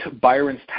Byron's